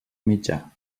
mitjà